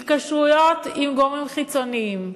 התקשרויות עם גורמים חיצוניים.